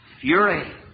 fury